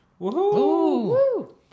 Woohoo